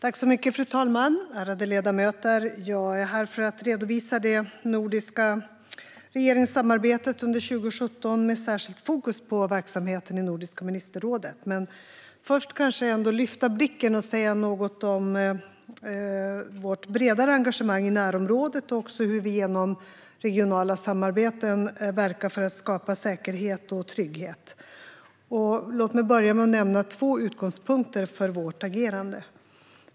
Fru talman! Ärade ledamöter! Jag är här för att redovisa det nordiska regeringssamarbetet under 2017 med särskilt fokus på verksamheten i Nordiska ministerrådet. Först vill jag lyfta blicken och säga något om vårt bredare engagemang i närområdet och hur vi genom regionala samarbeten verkar för att skapa säkerhet och trygghet. Låt mig börja med att nämna två utgångspunkter för vårt agerande.